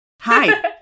Hi